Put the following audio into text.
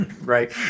Right